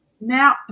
now